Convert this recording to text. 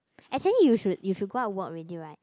actually you should you should go out work already right